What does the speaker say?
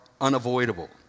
unavoidable